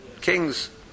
kings